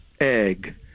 egg